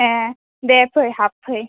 ए दे फै हाबफै